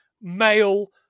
male